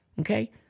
Okay